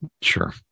Sure